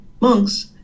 Monks